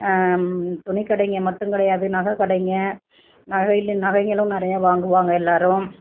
துணிக்கடைங்கள் மட்டும் கிடையாது நகைக்கடைங்க நகை இல்லை நகைகளும் நிறைய வாங்குவாங்க எல்லோரும்